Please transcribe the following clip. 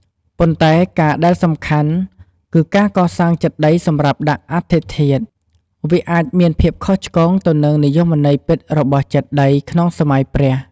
ប៉ុន្តែការដែលសំខាន់ គឺការកសាងចេតិយសម្រាប់ដាក់អដ្ឋិធាតុ វាអាចមានភាពខុសឆ្គងទៅនឹងនិយមន័យពិតរបស់ចេតិយ ក្នុងសម័យព្រះ។